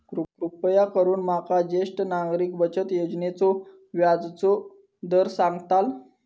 कृपा करून माका ज्येष्ठ नागरिक बचत योजनेचो व्याजचो दर सांगताल